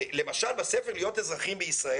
למשל, בספר להיות "אזרחים בישראל",